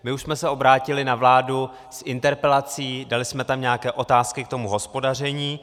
My už jsme se obrátili na vládu s interpelací, dali jsme tam nějaké otázky k hospodaření.